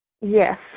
Yes